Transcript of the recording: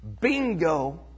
Bingo